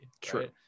True